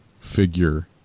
figure